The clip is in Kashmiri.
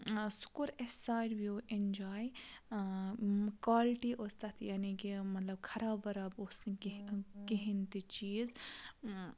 سُہ کوٚر اَسہِ ساروِیو ایٚنجاے کالٹی ٲس تَتھ یعنی کہِ مطلب خراب وَراب اوس نہٕ کِہیٖنۍ کِہیٖنۍ تہِ چیٖز